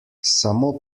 samo